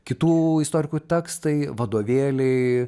kitų istorikų tekstai vadovėliai